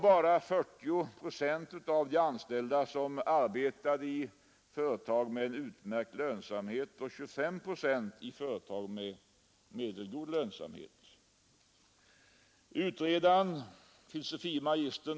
Bara 40 procent av de anställda arbetar i företag med utmärkt lönsamhet och 25 procent i företag med medelgod lönsamhet. Utredaren, fil. mag.